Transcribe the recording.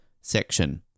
section